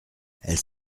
elle